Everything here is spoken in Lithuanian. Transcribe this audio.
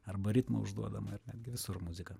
arba ritmo užduodama ir netgi visur muzika